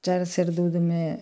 चारि सेर दूधमे